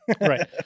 Right